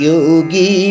Yogi